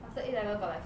after A level got like